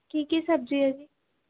ਕੀ ਕੀ ਸਬਜ਼ੀ ਹੈ ਜੀ